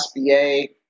SBA